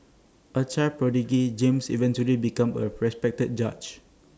A child prodigy James eventually became A respected judge